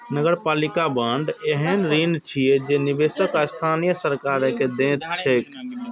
नगरपालिका बांड एहन ऋण छियै जे निवेशक स्थानीय सरकार कें दैत छैक